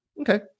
Okay